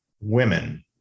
women